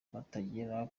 batagera